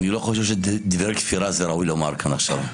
אני לא חושב שדברי כפירה זה ראוי לומר כאן עכשיו.